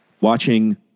watching